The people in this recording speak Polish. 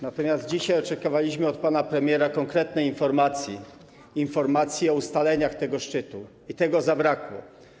Natomiast dzisiaj oczekiwaliśmy od pana premiera konkretnej informacji o ustaleniach tego szczytu, a tego zabrakło.